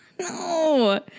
no